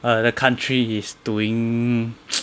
err the country is doing